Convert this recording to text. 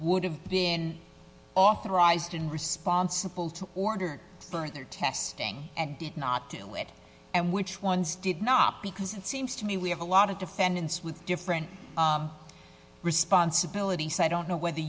would have been authorized and responsible to order further testing and did not do it and which ones did not because it seems to me we have a lot of defendants with different responsibilities so i don't know whether